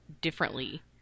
differently